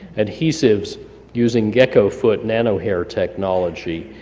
adhesives using gecko foot nano-hair technology.